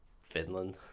Finland